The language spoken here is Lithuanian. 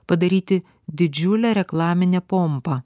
padaryti didžiulę reklaminę pompą